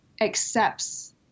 accepts